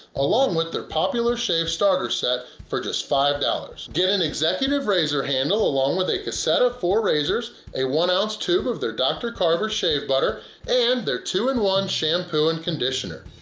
along with their popular shave starter set, for just five dollars. get an executive razor handle along with a cassette of four razors, a one-ounce tube of their dr. carver's shave butter, and their two in one shampoo and conditioner.